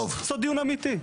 לעשות דיון אמיתי.